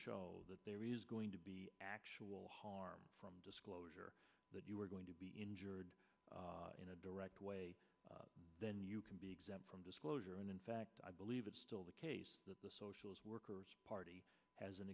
show that there is going to be actual harm from disclosure that you are going to be injured in a direct way then you can be exempt from disclosure and in fact i believe it's still the case that the socialist workers party has an